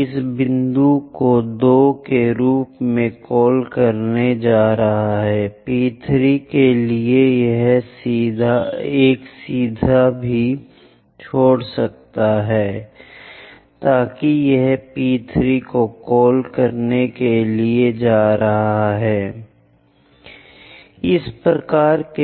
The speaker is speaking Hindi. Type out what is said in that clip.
इस बिंदु को 2 के रूप में कॉल करने जा रहा है पी 3 के लिए एक सीधा भी छोड़ दें ताकि यह पी 3 को कॉल करने के लिए जा रहा है कि पी 3 पी 4 के लिए एक पंक्ति को छोड़ दें